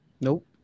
Nope